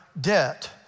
debt